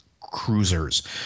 cruisers